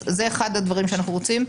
אז זה אחד הדברים שאנחנו רוצים.